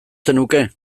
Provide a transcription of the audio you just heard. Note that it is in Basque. zenuke